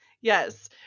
Yes